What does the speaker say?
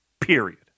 Period